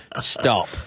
stop